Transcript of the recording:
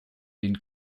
den